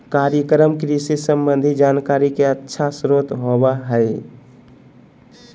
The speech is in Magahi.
कार्यक्रम कृषि संबंधी जानकारी के अच्छा स्रोत होबय हइ